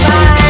Bye